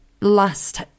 last